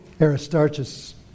Aristarchus